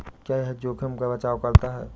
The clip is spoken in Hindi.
क्या यह जोखिम का बचाओ करता है?